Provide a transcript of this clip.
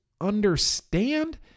understand